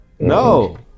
no